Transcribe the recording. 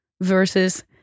versus